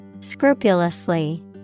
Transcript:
Scrupulously